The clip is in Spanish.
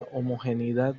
homogeneidad